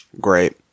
Great